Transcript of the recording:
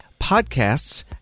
podcasts